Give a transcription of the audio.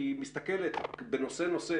כי היא מסתכלת בנושא-נושא,